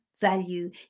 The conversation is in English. value